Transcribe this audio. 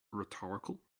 rhetorical